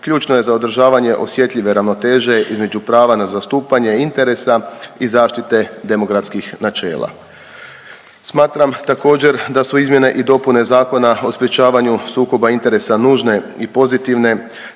ključno je za održavanje osjetljive ravnoteže između prava na zastupanje interesa i zaštite demokratski načela. Smatram također da su izmjene i dopune Zakona o sprječavanju sukoba interesa nužne i pozitivne,